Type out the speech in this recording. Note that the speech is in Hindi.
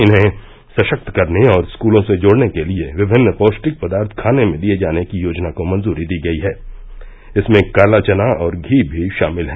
इन्हें सशक्त करने और स्कूलों से जोड़ने के लिये विभिन्न पौष्टिक पदार्थ खाने में दिये जाने की योजना को मंजूरी दी गई है इसमें काला चना और घी भी शामिल है